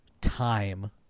time